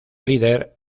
líder